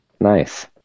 Nice